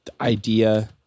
idea